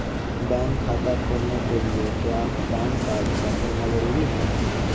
Bank खाता खोलने के लिए क्या पैन कार्ड का होना ज़रूरी है?